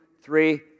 three